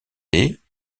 des